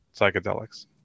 psychedelics